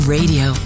Radio